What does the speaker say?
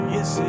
Yes